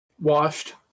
Washed